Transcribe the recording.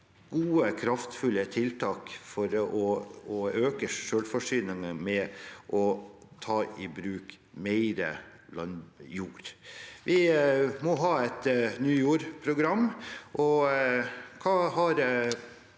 gode, kraftfulle tiltak for å øke selvforsyningen ved å ta i bruk mer jord. Vi må ha et ny jord-program.